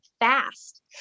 fast